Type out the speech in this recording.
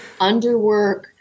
underwork